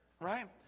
right